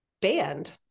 banned